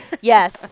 Yes